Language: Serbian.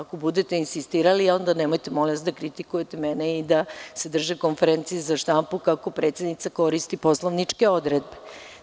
Ako budete insistirali, onda nemojte molim vas da kritikujete mene i da se drže konferencije za štampu kako predsednica koristi poslovničke odredbe.